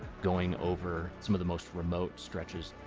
going over some of the most remote stretches,